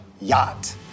yacht